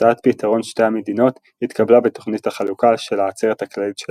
הצעת "פתרון שתי המדינות" התקבלה בתוכנית החלוקה של העצרת הכללית של